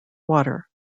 water